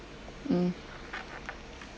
mm